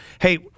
hey